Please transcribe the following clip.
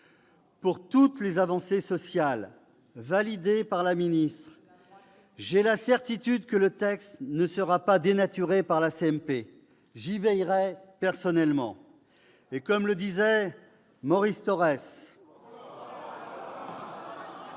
de toutes les avancées sociales validées par la ministre, j'ai la certitude que le texte ne sera pas dénaturé par la commission mixte paritaire. J'y veillerai personnellement. Comme le disait Maurice Thorez